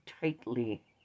tightly